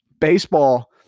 baseball